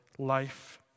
life